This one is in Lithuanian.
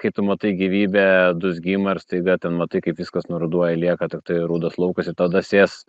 kai tu matai gyvybė dūzgimą ir staiga ten matai kaip viskas nuruduoja lieka tiktai rudas laukas ir tada sės